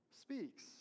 speaks